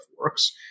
works